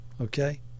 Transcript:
okay